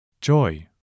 joy